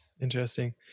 Interesting